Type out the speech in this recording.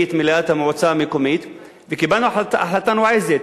את מליאת המועצה המקומית וקיבלנו החלטה נועזת: